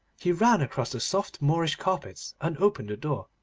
he ran across the soft moorish carpets, and opened the door.